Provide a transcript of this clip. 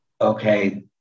okay